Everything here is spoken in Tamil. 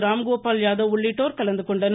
ராம்கோபால் யாதவ் உள்ளிட்டோர் கலந்துகொண்டனர்